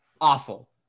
awful